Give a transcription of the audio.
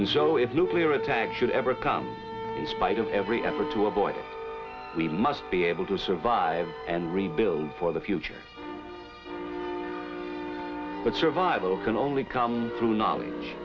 and so if nuclear attack should ever come in spite of every effort to avoid we must be able to survive and rebuild for the future but survival can only come through knowledge